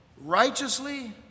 righteously